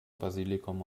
basilikum